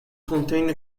contained